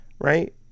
right